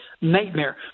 nightmare